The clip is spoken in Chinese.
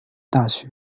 大学